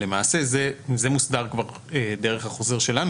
למעשה זה כבר מוסדר דרך החוזר שלנו,